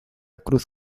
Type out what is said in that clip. cruz